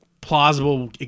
plausible